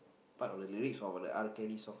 part of the lyrics of the R Kelly song